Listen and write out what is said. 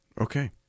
Okay